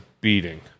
beating